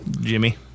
Jimmy